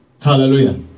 hallelujah